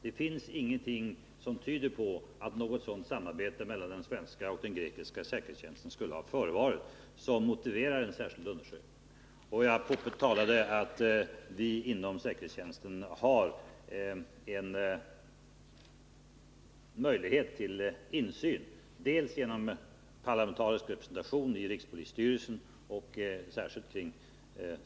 Det finns ingenting som tyder på att något sådant samarbete mellan den svenska och den grekiska säkerhetstjänsten skulle ha förevarit som motiverar en särskild undersökning. Jag påtalade att vi har möjlighet till insyn i säkerhetstjänstens agerande dels genom parlamentarisk representation i rikspolisstyrelsen, inkl.